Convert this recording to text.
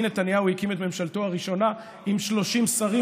נתניהו הקים את ממשלתו הראשונה עם 30 שרים,